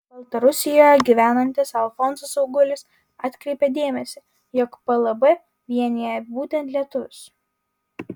baltarusijoje gyvenantis alfonsas augulis atkreipė dėmesį jog plb vienija būtent lietuvius